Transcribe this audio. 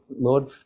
Lord